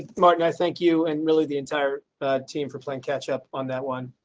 ah martin, i, thank you. and really the entire team for playing catch up on that. one.